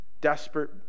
desperate